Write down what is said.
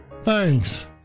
Thanks